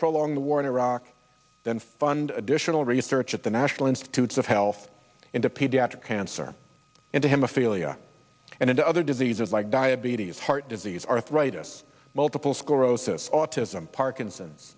prolong the war in iraq than fund additional research at the national institutes of health into pediatric cancer into him ophelia and into other diseases like diabetes heart disease arthritis multiple sclerosis autism parkinson's